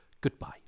Goodbye